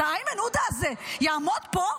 אז האיימן עודה הזה יעמוד פה,